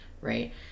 right